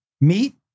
Meat